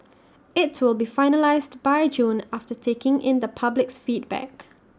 IT will be finalised by June after taking in the public's feedback